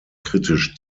kritisch